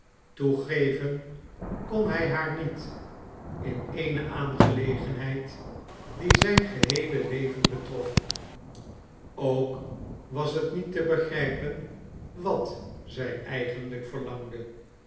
toegeven kon hij haar niet in eene aangelegenheid die zijn geheele leven betrof ook was het niet te begrijpen wat zij eigenlijk verlangde